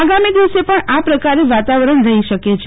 આગામી દિવસે પણ આ પકાર વાતાવરણ સ્હી શકે છ